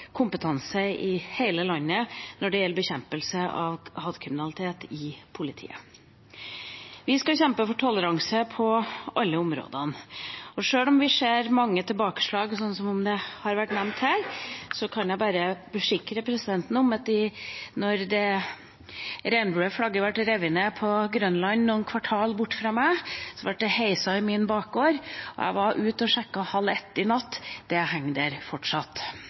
kompetanse i politiet i hele landet når det gjelder bekjempelse av hatkriminalitet. Vi skal kjempe for toleranse på alle områder. Sjøl om vi ser mange tilbakeslag – noe vi har vært vant til – kan jeg forsikre presidenten om at da regnbueflagget ble revet ned på Grønland, noen kvartaler bortenfor meg, ble det heist i min bakgård. Jeg var ute og sjekket kl. 00.30 i natt, det henger der fortsatt.